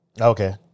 Okay